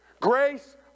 Grace